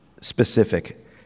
specific